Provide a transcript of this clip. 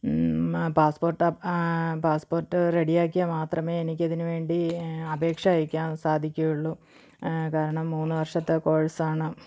passport passport ready ആക്കിയാൽ മാത്രമേ എനിക്ക് ഇതിന് വേണ്ടി അപേക്ഷ അയയ്ക്കാൻ സാധിക്കുകയുള്ളു കാരണം മൂന്ന് വർഷത്തെ കോഴ്സ് ആണ്